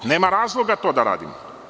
Nema razloga to da radimo.